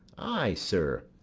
ay, sir,